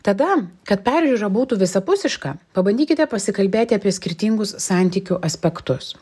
tada kad peržiūra būtų visapusiška pabandykite pasikalbėti apie skirtingus santykių aspektus